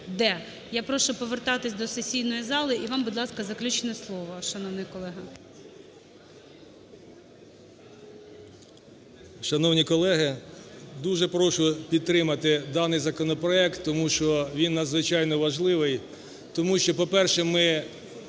Я прошу повертатись до сесійної зали. І вам, будь ласка, заключне слово, шановний колега. 13:36:42 КУЛІНІЧ О.І. Шановні колеги! Дуже прошу підтримати даний законопроект, тому що він надзвичайно важливий. Тому що, по-перше, ми